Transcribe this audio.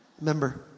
member